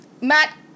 Matt